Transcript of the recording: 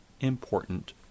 important